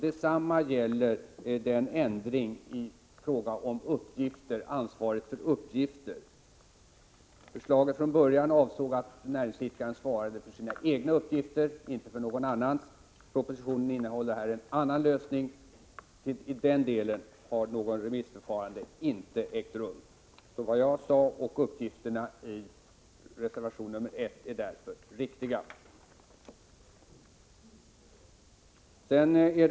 Detsamma gäller ändringen i fråga om ansvaret för uppgifter. Förslaget avsåg från början att näringsidkaren skulle svara för sina egna uppgifter, inte för någon annans. Propositionen innehåller en annan lösning, och i den delen har något remissförfarande inte ägt rum. Vad jag har anfört är därför riktigt, och det gäller också beträffande uppgifterna i reservation nr 1.